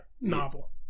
novel